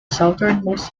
southernmost